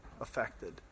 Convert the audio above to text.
affected